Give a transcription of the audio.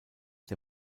der